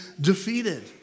defeated